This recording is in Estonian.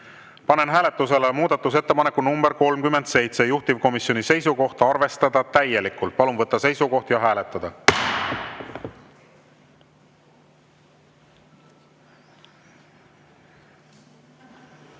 Panen hääletusele muudatusettepaneku nr 37, juhtivkomisjoni seisukoht on arvestada täielikult. Palun võtta seisukoht ja hääletada! Te